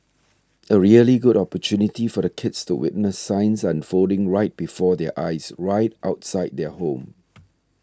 a really good opportunity for the kids to witness science unfolding right before their eyes right outside their home